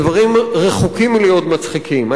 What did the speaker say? הדברים רחוקים מלהיות מצחיקים.